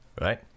Right